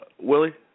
Willie